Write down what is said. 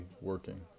working